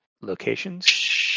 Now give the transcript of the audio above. Locations